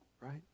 Right